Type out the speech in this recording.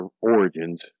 origins